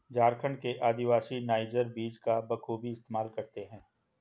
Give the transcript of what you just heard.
झारखंड के आदिवासी नाइजर बीज का बखूबी इस्तेमाल करते हैं